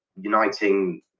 uniting